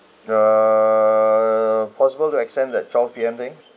err possible to extend that twelve P_M thing